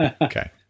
okay